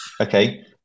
Okay